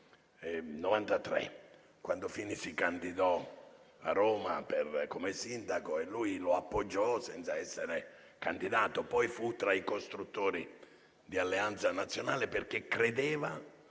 1993 quando Fini si candidò a Roma come sindaco e lui lo appoggiò senza essere candidato. Fu poi tra i costruttori di Alleanza nazionale, perché credeva